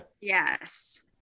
Yes